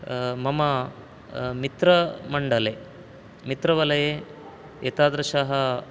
मम मित्रमण्डले मित्रवलये एतादृशः